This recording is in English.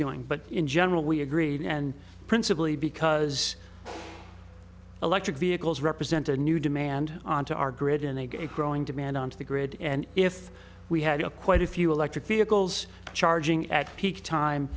doing but in general we agreed and principally because electric vehicles represent a new demand on to our grid and they get a growing demand on to the grid and if we had a quite a few electric vehicles charging at peak time